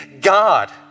God